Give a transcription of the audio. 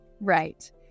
Right